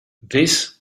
this